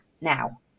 now